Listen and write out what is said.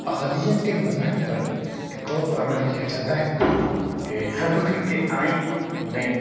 اقلیت کے مذاہب پر اس طور پر عمل کیا جاتا ہے کہ ہر ملک کے آئین انہیں